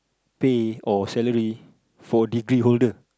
pay or salary for degree holder